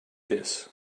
this